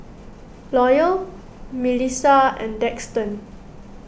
Loyal Milissa and Daxton